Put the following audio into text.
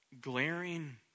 glaring